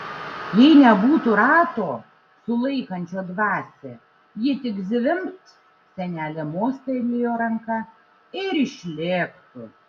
jei nebūtų rato sulaikančio dvasią ji tik zvimbt senelė mostelėjo ranka ir išlėktų